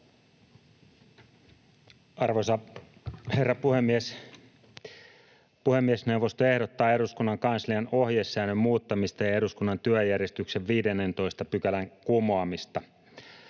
Arvoisa herra puhemies! Puhemiesneuvosto ehdottaa eduskunnan kanslian ohjesäännön muuttamista ja eduskunnan työjärjestyksen 15 §:n kumoamista.